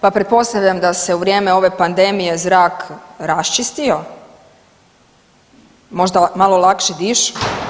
Pa pretpostavljam da se u vrijeme ove pandemije zrak rasčistio, možda malo lakše dišu.